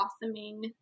blossoming